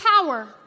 power